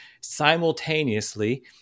simultaneously